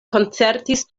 koncertis